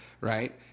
right